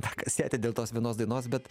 tą kasetę dėl tos vienos dainos bet